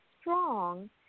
strong